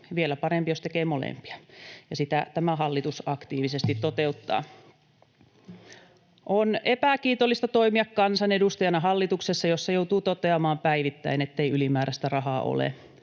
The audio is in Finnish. vielä parempi, jos tekee molempia, ja sitä tämä hallitus aktiivisesti toteuttaa. On epäkiitollista toimia kansanedustajana hallituksessa, jossa joutuu toteamaan päivittäin, ettei ylimääräistä rahaa ole.